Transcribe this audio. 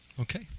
okay